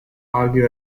argue